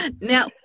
Now